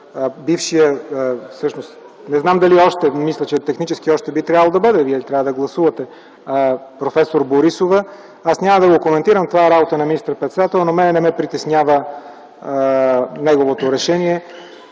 бившият, всъщност не знам дали е още, мисля, че технически още би трябвало да бъде, вие трябва да гласувате – проф. Борисова. Аз няма да го коментирам, това е работа на министър-председателя, но мен не ме притеснява неговото решение.